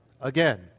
Again